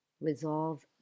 resolve